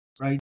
right